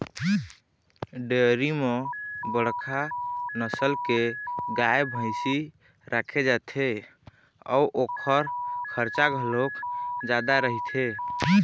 dairy म बड़का नसल के गाय, भइसी राखे जाथे अउ ओखर खरचा घलोक जादा रहिथे